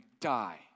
die